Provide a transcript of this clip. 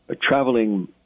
traveling